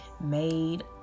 made